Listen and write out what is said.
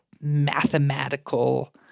mathematical